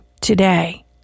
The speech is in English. today